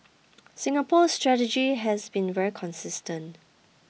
Singapore's strategy has been very consistent